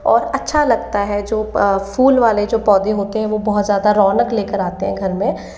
और अच्छा लगता है जो फूल वाले जो पौधे होते हैं वो बहुत ज़्यादा रौनक लेकर आते हैं घर में